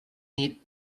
need